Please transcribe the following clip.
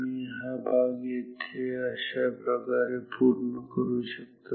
तुम्ही हा भाग येथे अशाप्रकारे पूर्ण करू शकता